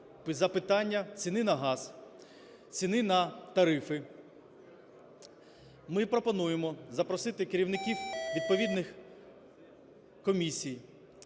за питання ціни на газ, ціни на тарифи. Ми пропонуємо запросити керівників відповідних комісій,